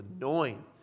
annoying